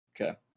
Okay